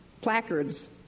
placards